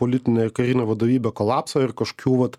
politine ir karine vadovybe kolapso ir kažkokių vat